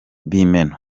b’imena